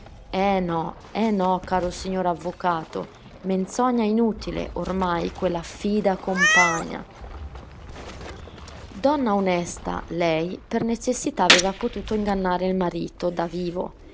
eh no eh no caro signor avvocato menzogna inutile ormai quella fida compagna donna onesta lei per necessità aveva potuto ingannare il marito da vivo